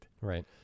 Right